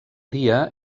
dia